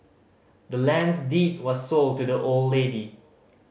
the land's deed was sold to the old lady